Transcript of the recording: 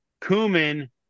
cumin